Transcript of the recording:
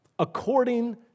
according